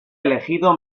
elegido